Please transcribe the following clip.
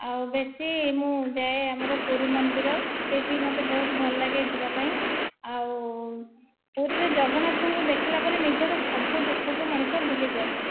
ଆଉ ବେଶୀ ମୁଁ ଯାଏ ଆମର ପୁରୀ ମନ୍ଦିର ସେଇଠି ମୋତେ ବହୁତ ଭଲ ଲାଗେ ଯିବା ପାଇଁ ଆଉ ପୁରୀରେ ଜଗନ୍ନାଥଙ୍କୁ ଦେଖିଲା ପରେ ନିଜର ସବୁ ଦୁଃଖକୁ ମଣିଷ ଭୁଲିଯାଏ